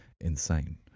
insane